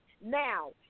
Now